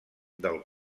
del